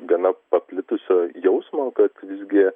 gana paplitusio jausmo kad visgi